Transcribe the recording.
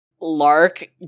Lark